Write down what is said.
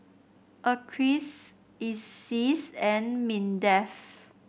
Acres Iseas and Mindef